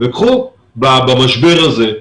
וקחו במשבר הזה,